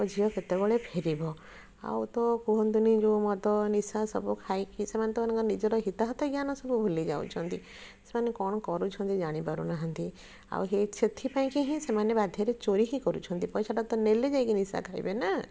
ମୋ ଝିଅ କେତବେଳେ ଫେରିବ ଆଉ ତ କୁହନ୍ତୁନି ଯେଉଁ ମଦ ନିଶା ସବୁ ଖାଇକି ସେମାନେ ତ ନିଜର ହିତାହିତ ଜ୍ଞାନ ସବୁ ଭୁଲି ଯାଉଛନ୍ତି ସେମାନେ କ'ଣ କରୁଛନ୍ତି ଜାଣି ପାରୁନାହାନ୍ତି ଆଉ ହେ ସେଥିପାଇଁକି ହିଁ ସେମାନେ ବାଧ୍ୟରେ ଚୋରି ହିଁ କରୁଛନ୍ତି ପଇସାଟା ତ ନେଲେ ଯାଇକି ନିଶା ଖାଇବେ ନା